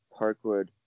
Parkwood